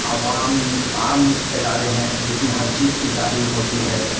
عوام عام ادارے ہیں جس میں ہر چیز کی تعلیم ہوتی ہے